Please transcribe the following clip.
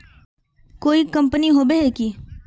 कोई कंपनी होबे है की?